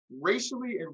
racially